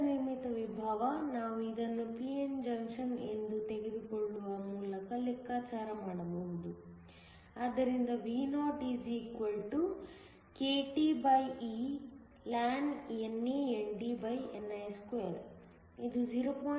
ಅಂತರ್ನಿರ್ಮಿತ ವಿಭವ ನಾವು ಇದನ್ನು p n ಜಂಕ್ಷನ್ ಎಂದು ತೆಗೆದುಕೊಳ್ಳುವ ಮೂಲಕ ಲೆಕ್ಕಾಚಾರ ಮಾಡಬಹುದು ಆದ್ದರಿಂದ Vo kTeln NANDni2 ಇದು 0